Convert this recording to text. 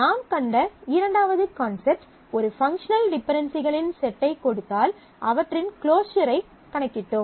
நாம் கண்ட இரண்டாவது கான்செப்ட் ஒரு பங்க்ஷனல் டிபென்டென்சிகளின் செட்டைக் கொடுத்தால் அவற்றின் க்ளோஸர் ஐக் கணக்கிட்டோம்